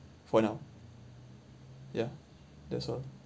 for now ya that's all